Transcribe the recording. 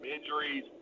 injuries